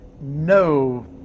no